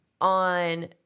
On